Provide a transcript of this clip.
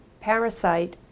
parasite